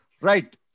Right